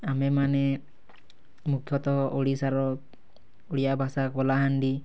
ଆମେମାନେ ମୁଖ୍ୟତଃ ଓଡ଼ିଶାର ଓଡ଼ିଆ ଭାଷା କଳାହାଣ୍ଡି